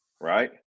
right